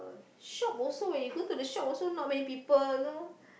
shop also eh you go to the shop also not many people know